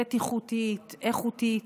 בטיחותית ואיכותית.